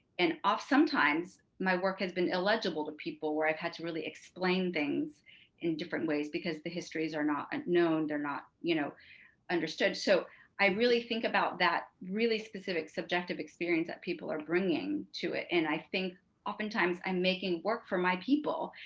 and off sometimes my work has been illegible to people where i've had to really explain things in different ways, because the histories are not known. they're not, not, you know understood, so i really think about that really specific subjective experience that people are bringing to it. and i think oftentimes i'm making work for my people.